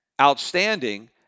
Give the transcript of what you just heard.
outstanding